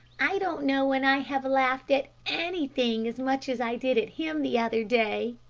i don't know when i have laughed at anything as much as i did at him the other day,